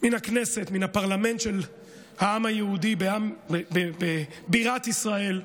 מן הכנסת, מן הפרלמנט של העם היהודי בבירת ישראל,